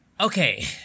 Okay